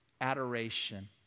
adoration